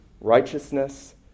righteousness